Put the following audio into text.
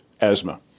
asthma